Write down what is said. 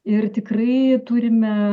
ir tikrai turime